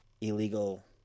illegal